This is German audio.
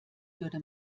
würde